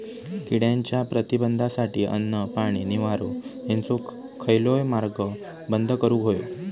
किड्यांच्या प्रतिबंधासाठी अन्न, पाणी, निवारो हेंचो खयलोय मार्ग बंद करुक होयो